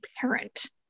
parent